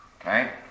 Okay